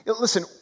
Listen